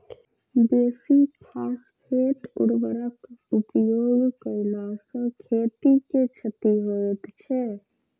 बेसी फास्फेट उर्वरकक उपयोग कयला सॅ खेत के क्षति होइत छै